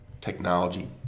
technology